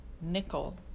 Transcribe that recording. nickel